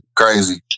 crazy